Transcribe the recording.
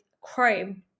chrome